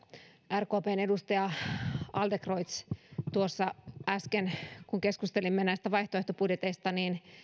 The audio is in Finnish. rkpn edustaja adlercreutz tuossa äsken kun keskustelimme näistä vaihtoehtobudjeteista